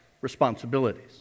responsibilities